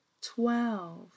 twelve